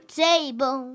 table